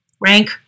rank